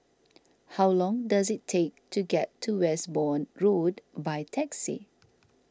how long does it take to get to Westbourne Road by taxi